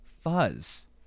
fuzz